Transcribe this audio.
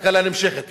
התקלה נמשכת.